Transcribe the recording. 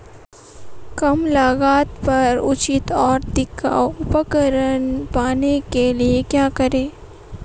कम लागत पर उचित और टिकाऊ उपकरण पाने के लिए क्या करें?